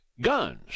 guns